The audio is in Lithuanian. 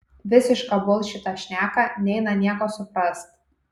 visišką bulšitą šneka neina nieko suprast